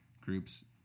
groups